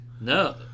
No